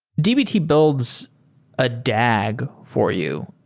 dbt builds a dag for you,